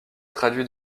traduit